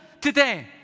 today